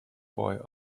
boy